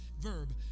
verb